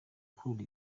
ugukura